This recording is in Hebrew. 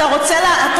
זה ממש לא אותו דבר.